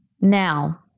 Now